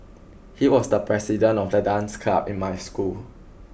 he was the president of the dance club in my school